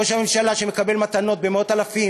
ראש הממשלה שמקבל מתנות במאות אלפים